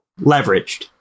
leveraged